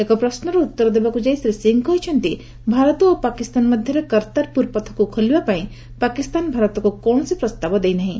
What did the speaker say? ଏକ ପ୍ରଶ୍ୱର ଉତ୍ତର ଦେବାକୁ ଯାଇ ଶ୍ରୀ ସିଂ କହିଛନ୍ତି ଭାରତ ଓ ପାକିସ୍ତାନ ମଧ୍ୟରେ କର୍ତ୍ତାର୍ପୁର ପଥକୁ ଖୋଲିବାପାଇଁ ପାକିସ୍ତାନ ଭାରତକୁ କୌଣସି ପ୍ରସ୍ତାବ ଦେଇ ନାହିଁ